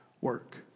work